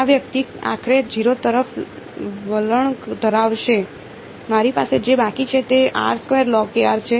આ વ્યક્તિ આખરે 0 તરફ વલણ ધરાવશે મારી પાસે જે બાકી છે તે છે